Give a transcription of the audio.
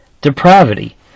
depravity